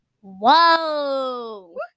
Whoa